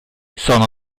sono